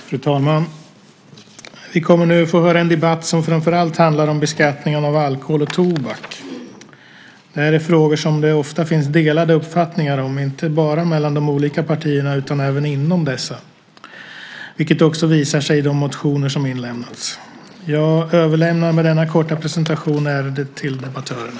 Fru talman! Vi kommer nu att få en debatt som framför allt handlar om beskattningen av alkohol och tobak. Det är frågor som det ofta finns delade uppfattningar om, inte bara mellan de olika partierna utan även inom dessa. Det visar sig också i de motioner som inlämnats. Jag överlämnar med denna korta presentation ärendet till debattörerna.